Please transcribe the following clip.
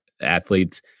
athletes